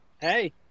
Hey